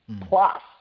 plus